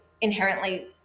inherently